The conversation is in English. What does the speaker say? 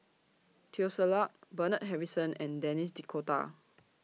Teo Ser Luck Bernard Harrison and Denis D'Cotta